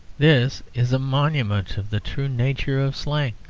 this is a monument of the true nature of slang,